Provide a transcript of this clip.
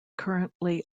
currently